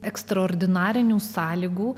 ekstraordinarinių sąlygų